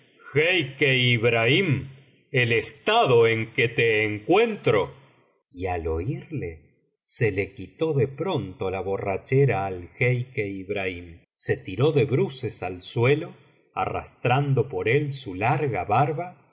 ibrahim el estado en que te encuentro n y al oirle se le quitó de pronto la borrachera al jeique ibrahim se tiró de bruces al suelo arrastrando por él su larga barba